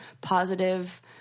positive